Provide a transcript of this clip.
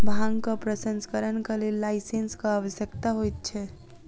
भांगक प्रसंस्करणक लेल लाइसेंसक आवश्यकता होइत छै